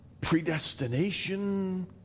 predestination